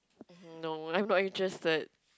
no I'm not interested